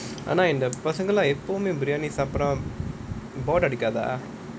ஆனா இந்த பசங்கல்லா எப்பவுமே:aanaa intha pasangalla eppavumae biryani சாப்டா:saaptaa bore அடிக்காதா:adikaathaa